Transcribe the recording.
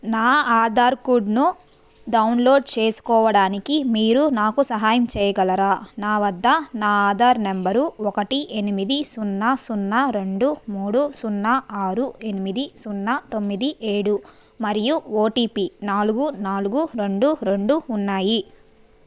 నా ఆధార్ కార్డ్ను డౌన్లోడ్ చేసుకోవడానికి మీరు నాకు సహాయం చేయగలరా నా వద్ద నా ఆధార్ నెంబరు ఒకటి ఎనిమిది సున్నా సున్నా రెండు మూడు సున్నా ఆరు ఎనిమిది సున్నా తొమ్మిది ఏడు మరియు ఓ టీ పీ నాలుగు నాలుగు రెండు రెండు ఉన్నాయి